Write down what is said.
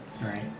Right